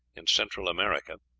in central america